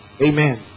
Amen